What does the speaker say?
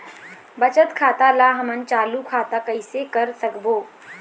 बचत खाता ला हमन चालू खाता कइसे कर सकबो?